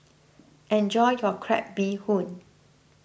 enjoy your Crab Bee Hoon